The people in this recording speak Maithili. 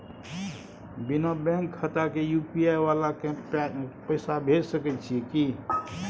बिना बैंक खाता के यु.पी.आई वाला के पैसा भेज सकै छिए की?